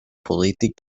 polític